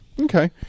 Okay